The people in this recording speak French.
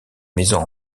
maisons